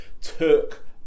took